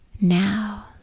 Now